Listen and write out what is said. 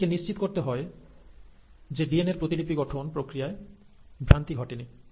এটিকে নিশ্চিত করতে হয় যে ডিএনএর প্রতিলিপি গঠন প্রক্রিয়ায় ভ্রান্তি ঘটেনি